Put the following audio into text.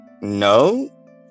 No